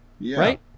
right